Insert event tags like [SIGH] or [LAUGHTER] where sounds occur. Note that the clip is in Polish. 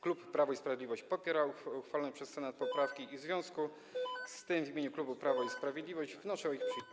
Klub Prawo i Sprawiedliwość popiera uchwalone przez Senat poprawki [NOISE] i w związku z tym w imieniu klubu Prawo i Sprawiedliwość wnoszę o ich przyjęcie.